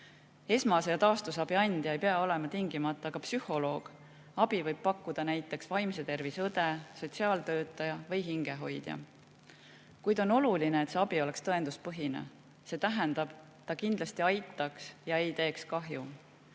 esmase ja taastusabi andja ei pea olema tingimata psühholoog. Abi võib pakkuda näiteks vaimse tervise õde, sotsiaaltöötaja või hingehoidja. Kuid on oluline, et see abi oleks tõenduspõhine, see tähendab, ta kindlasti aitaks ja ei teeks kahju.